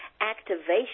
activation